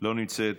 לא נמצאת.